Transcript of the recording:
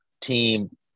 team